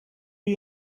you